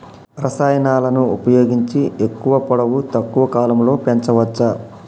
రసాయనాలను ఉపయోగించి ఎక్కువ పొడవు తక్కువ కాలంలో పెంచవచ్చా?